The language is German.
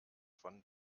von